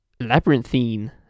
labyrinthine